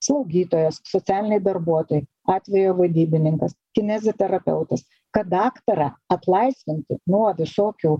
slaugytojos socialiniai darbuotojai atvejo vadybininkas kineziterapeutas kad daktarą atlaisvinti nuo visokių